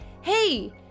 hey